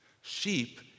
Sheep